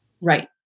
Right